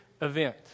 event